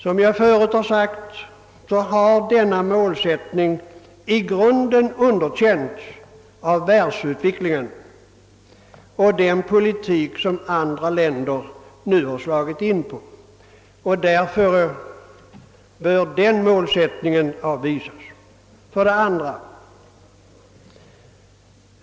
Som jag tidigare anfört har den målsättningen i grunden underkänts av världsutvecklingen och av den politik som andra länder nu har slagit in på. Därför bör den målsättningen avvisas. 2.